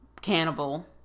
cannibal